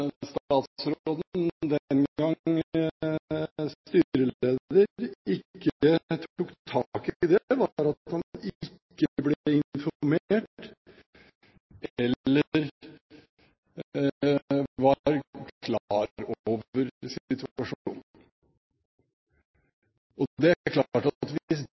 statsråden – den gang styreleder – ikke tok tak i det, var at han ikke ble informert, eller ikke var klar over situasjonen. Det er klart at